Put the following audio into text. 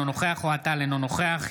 אינו נוכח אוהד טל,